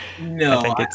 No